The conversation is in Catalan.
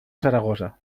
saragossa